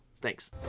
Thanks